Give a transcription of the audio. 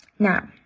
Now